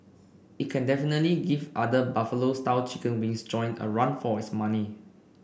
it can definitely give other Buffalo style chicken wings joint a run for its money